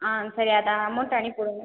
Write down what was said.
ஆ சரி அதை அமௌண்ட்டை அனுப்பிவிடுங்க